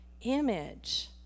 Image